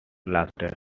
lasted